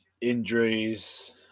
injuries